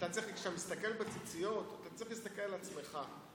כשאתה מסתכל בציציות, אתה צריך להסתכל על עצמך.